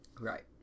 Right